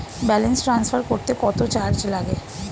Balance transfer করতে কত charge লাগে?